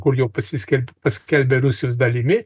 kur jau pasiskelbė paskelbė rusijos dalimi